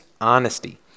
honesty